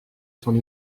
son